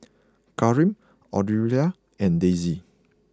Kareem Aurelia and Daisy